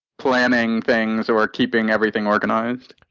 planning things or keeping everything organized.